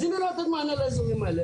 אז אם היא לא נותנת מענה לאזורים האלה,